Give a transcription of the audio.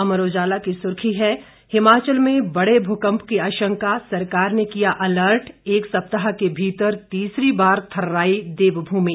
अमर उजाला की सुर्खी है हिमाचल में बड़े भूकंप की आशंका सरकार ने किया अलर्ट एक सप्ताह के भीतर तीसरी बार थर्राई देवभूमि